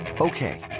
Okay